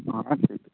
हाँ सही है